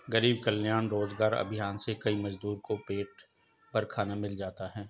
गरीब कल्याण रोजगार अभियान से कई मजदूर को पेट भर खाना मिला है